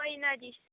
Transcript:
ਕੋਈ ਨਾ ਜੀ